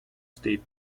state